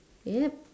yup